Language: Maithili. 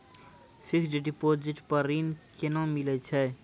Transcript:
फिक्स्ड डिपोजिट पर ऋण केना मिलै छै?